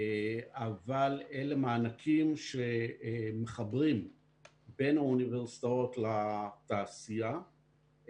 אבל אלה מענקים שמחברים בין האוניברסיטאות לתעשייה,